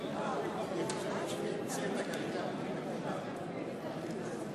הצעת סיעת חד"ש להביע אי-אמון בממשלה לא נתקבלה.